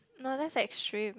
no that's extreme